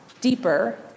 deeper